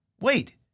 wait